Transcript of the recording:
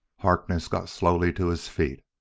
harkness got slowly to his feet.